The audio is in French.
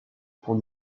pour